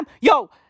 Yo